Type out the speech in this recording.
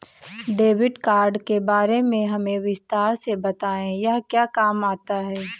Debit card के बारे में हमें विस्तार से बताएं यह क्या काम आता है?